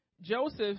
Joseph